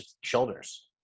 shoulders